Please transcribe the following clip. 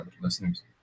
listeners